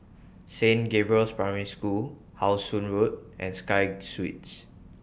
Saint Gabriel's Primary School How Sun Road and Sky Suites